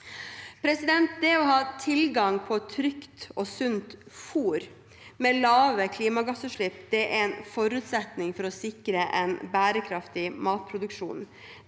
i 2024. Det å ha tilgang på trygt og sunt fôr med lave klimagassutslipp er en forutsetning for å sikre en bærekraftig matproduksjon.